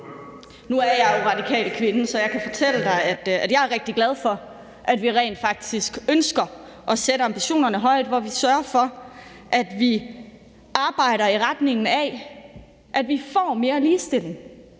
Nu er jeg jo radikal kvinde, så jeg kan fortælle dig, at jeg er rigtig glad for, at vi rent faktisk ønsker at sætte ambitionerne højt, hvor vi sørger for, at vi arbejder i retningen af, at vi får mere ligestilling,